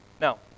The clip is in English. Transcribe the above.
Now